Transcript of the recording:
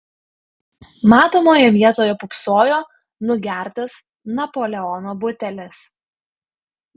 matomoje vietoj pūpsojo nugertas napoleono butelis